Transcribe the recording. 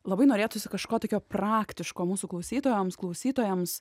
labai norėtųsi kažko tokio praktiško mūsų klausytojams klausytojams